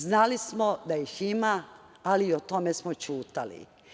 Znali smo da ih ima, ali o tome smo ćutali.